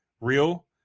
real